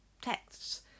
texts